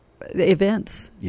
events